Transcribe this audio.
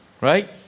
Right